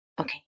Okay